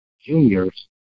juniors